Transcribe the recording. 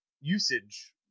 usage